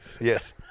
Yes